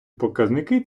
показники